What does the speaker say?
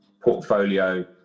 portfolio